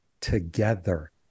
together